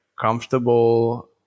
comfortable